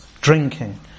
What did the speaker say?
drinking